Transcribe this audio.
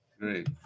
Great